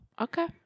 okay